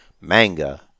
manga